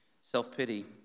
self-pity